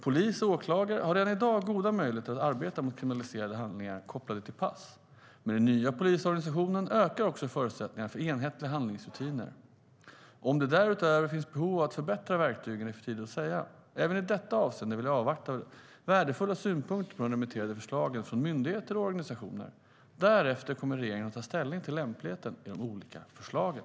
Polis och åklagare har redan i dag goda möjligheter att arbeta mot kriminaliserade handlingar kopplade till pass. Med den nya polisorganisationen ökar också förutsättningarna för enhetliga handläggningsrutiner. Om det därutöver finns behov av att förbättra verktygen är för tidigt att säga. Även i detta avseende vill jag avvakta värdefulla synpunkter på de remitterade förslagen från myndigheter och organisationer. Därefter kommer regeringen att ta ställning till lämpligheten i de olika förslagen.